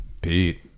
Pete